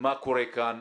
מה קורה כאן.